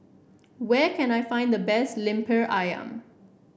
where can I find the best Lemper ayam